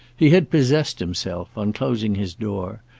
he had possessed himself, on closing his door,